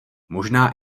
možná